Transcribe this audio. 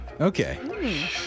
Okay